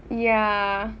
ya